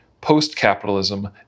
post-capitalism